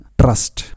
trust